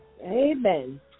Amen